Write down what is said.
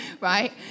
right